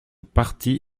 parti